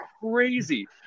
crazy